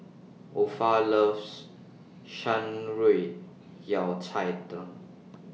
Opha loves Shan Rui Yao Cai Tang